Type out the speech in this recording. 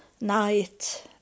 night